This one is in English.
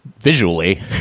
visually